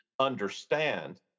understand